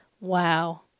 Wow